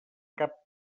cap